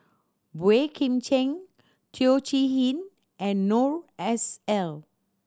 Boey Kim Cheng Teo Chee Hean and Noor S L